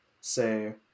say